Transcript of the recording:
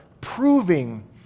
proving